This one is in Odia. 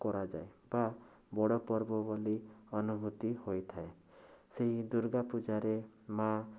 କରାଯାଏ ବା ବଡ଼ ପର୍ବ ବୋଲି ଅନୁଭୂତି ହୋଇଥାଏ ସେଇ ଦୂର୍ଗାପୂଜାରେ ମା'